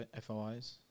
FOIs